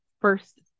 first